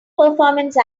performance